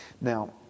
Now